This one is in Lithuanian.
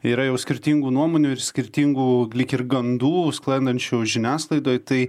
yra jau skirtingų nuomonių ir skirtingų lyg ir gandų sklandančių žiniasklaidoj tai